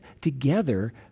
together